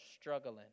struggling